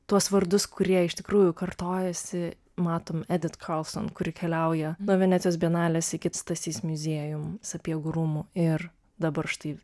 tuos vardus kurie iš tikrųjų kartojasi matom edit karlson kuri keliauja nuo venecijos bienalės iki stasys muziejum sapiegų rūmų ir dabar štai